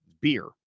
beer